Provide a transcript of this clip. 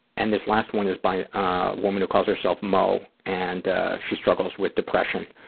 and this last one is by a woman who calls herself moe, and she struggles with depression,